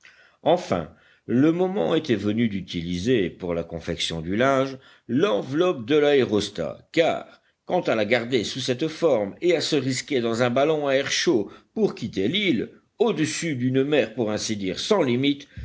enfin le moment était venu d'utiliser pour la confection du linge l'enveloppe de l'aérostat car quant à la garder sous cette forme et à se risquer dans un ballon à air chaud pour quitter l'île audessus d'une mer pour ainsi dire sans limites